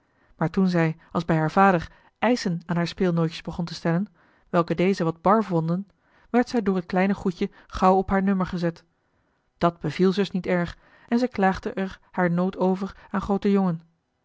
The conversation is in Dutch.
maar toen zij als bij haar vader eischen aan haar speelnootjes begon te stellen welke deze wat bar vonden werd zij door het kleine goedje gauw op haar nummer gezet dat beviel zus niet erg en zij klaagde er haar nood over aan